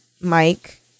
Mike